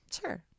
Sure